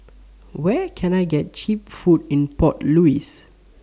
Where Can I get Cheap Food in Port Louis